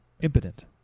impotent